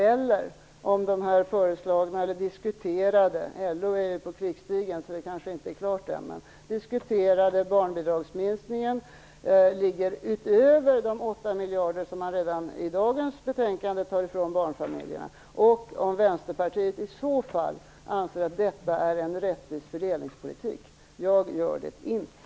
Eller om de föreslagna eller diskuterade förslagen - eftersom LO är på krigsstigen kanske det inte är klart ännu - om barnbidragsminskningen ligger utöver de 8 miljarder som man redan med dagens betänkande tar ifrån barnfamiljerna? Anser Vänsterpartiet i så fall att detta är en rättvis fördelningspolitik? Jag gör det inte.